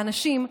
לאנשים,